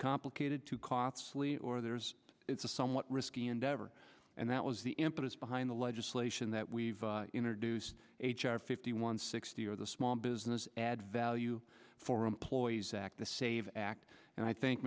complicated to cops lee or there's it's a somewhat risky endeavor and that was the impetus behind the legislation in that we've introduced h r fifty one sixty of the small business add value for employees act the save act and i think